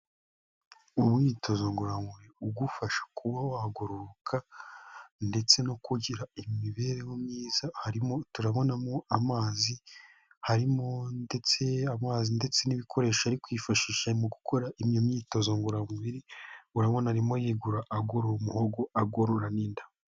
Umwitozo ngororamubiri ugufasha kubavwagororoka ndetse no kugira imibereho myiza, harimo turabonamo amazi, harimo ndetse amazi ndetse n'ibikoresho ari kwifashisha mu gukora iyo myitozo ngororamubiri, urabona arimo yigorora, agorora umuhogo, agorora n'inda.